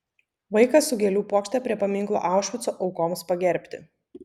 vaikas su gėlių puokšte prie paminklo aušvico aukoms pagerbti